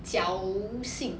嚼性